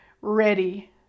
ready